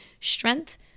strength